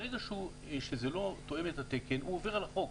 ברגע שזה לא תואם את התקן הוא עובר על החוק,